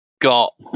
got